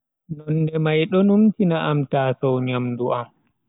Nonde mai do numtina am taow nyamdu am.